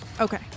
Okay